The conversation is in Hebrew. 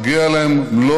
לא מגיע להם לחיות.